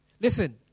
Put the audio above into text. Listen